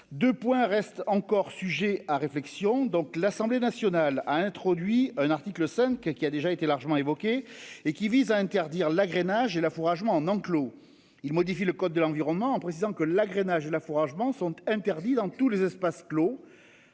de points restent encore sujet à réflexion donc l'Assemblée nationale a introduit un article 5 qui a déjà été largement évoqué et qui vise à interdire l'agrainage et la forage en enclos il modifie le code de l'environnement, en précisant que l'agrainage l'affouragement sont interdits dans tous les espaces clos